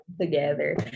together